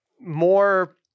more